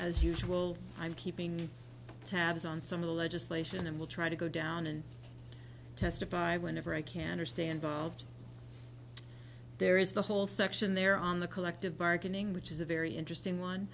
as usual i'm keeping tabs on some of the legislation and will try to go down and testify whenever i can or stand there is the whole section there on the collective bargaining which is a very interesting